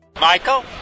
Michael